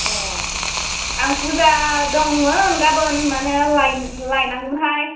ए आं फुजा दङमोन गाबोन माने लायनांगोमोनहाय